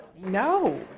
No